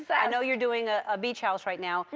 but i know you're doing a ah beach house right now.